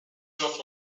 just